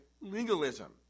legalism